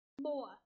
More